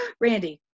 Randy